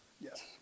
Yes